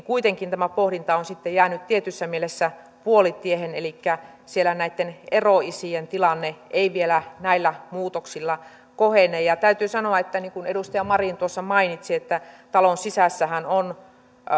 kuitenkin tämä pohdinta on sitten jäänyt tietyssä mielessä puolitiehen elikkä siellä näitten eroisien tilanne ei vielä näillä muutoksilla kohene täytyy sanoa niin kuin edustaja marin tuossa mainitsi että talon sisässähän on